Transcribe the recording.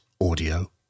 audio